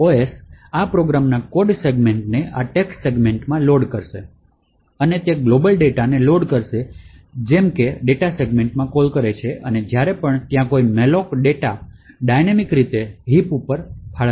OS આ પ્રોગ્રામના code સેગમેન્ટ્સને આ ટેક્સ્ટ સેગમેન્ટમાં લોડ કરશે અને તે ગ્લોબલ ડેટાને લોડ કરશે જેમ કે ડેટા સેગમેન્ટમાં કોલ કરે છે અને જ્યારે પણ ત્યાં કોઈ malloc ડેટા ડાઇનૈમિક રીતે હિપ પર ફાળવવામાં આવે છે